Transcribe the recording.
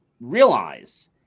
realize